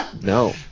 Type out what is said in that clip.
No